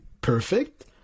perfect